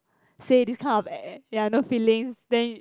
say this kind of eh there are no feelings then